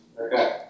Okay